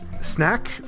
snack